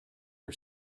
her